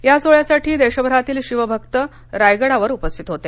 ह्या सोहळ्यासाठी देशभरातील शिवभक्त रायगडावर उपस्थित होते